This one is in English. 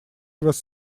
was